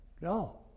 no